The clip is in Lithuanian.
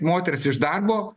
moteris iš darbo